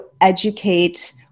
educate